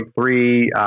three